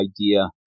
idea